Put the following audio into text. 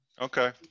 Okay